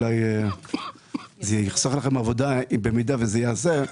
אולי זה יחסוך לכם עבודה במידה וזה ייעשה.